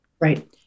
Right